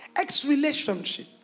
Ex-relationship